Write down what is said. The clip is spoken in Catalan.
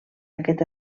aquest